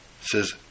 says